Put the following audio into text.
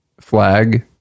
flag